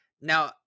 now